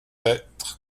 être